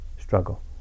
struggle